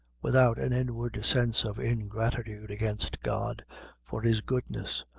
without an inward sense of ingratitude against god for his goodness,